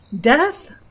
Death